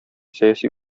сәяси